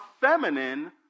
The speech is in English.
feminine